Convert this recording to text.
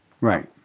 Right